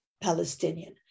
Palestinian